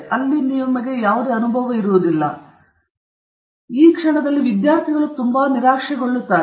ಆದ್ದರಿಂದ ವಿದ್ಯಾರ್ಥಿಗೆ ಅದು ತುಂಬಾ ನಿರಾಶೆಯಾಗುತ್ತದೆ ಏಕೆಂದರೆ ಅವರು ಸರಿಯಾಗಿ ಮಾಡುತ್ತಿಲ್ಲವೆಂದು ತಿಳಿದಿಲ್ಲ ಮತ್ತು ಅವರು ಯಾವಾಗಲೂ ತಪ್ಪು ವಿಷಯವನ್ನು ಬರೆಯುವಲ್ಲಿ ಕೊನೆಗೊಳ್ಳುತ್ತಾರೆ